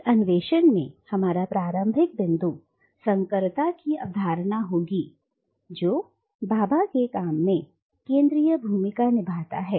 इस अन्वेषण में हमारा प्रारंभिक बिंदु संकरता की अवधारणा होगी जो भाभा के काम में केंद्रीय भूमिका निभाता है